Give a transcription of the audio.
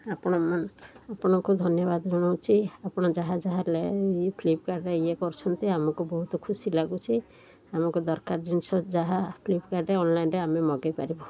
ଆପଣ ଆପଣଙ୍କୁ ଧନ୍ୟବାଦ ଜଣଉଛି ଆପଣ ଯାହା ଯାହା ଲେ ଇଏ ଫ୍ଲିପକାର୍ଟରେ ଇଏ କରୁଛନ୍ତି ଆମକୁ ବହୁତ ଖୁସି ଲାଗୁଛି ଆମକୁ ଦରକାର ଜିନିଷ ଯାହା ଫ୍ଲିପକାର୍ଟରେ ଅନ୍ଲାଇନ୍ରେ ଆମେ ମଗାଇ ପାରିବୁ